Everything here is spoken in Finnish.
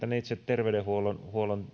ne itse terveydenhuollon